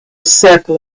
circle